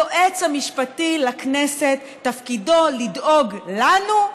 היועץ המשפטי לכנסת תפקידו לדאוג לנו,